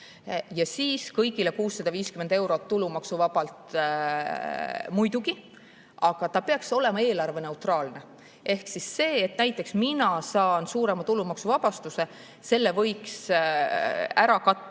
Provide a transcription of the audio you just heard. Ja siis kõigile 650 eurot tulumaksuvabalt muidugi, aga ta peaks olema eelarveneutraalne. Ehk siis selle, et näiteks mina saan suurema tulumaksuvabastuse, võiks ära katta